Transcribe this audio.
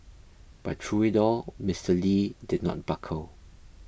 but through it all Mister Lee did not buckle